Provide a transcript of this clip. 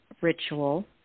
ritual